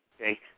Okay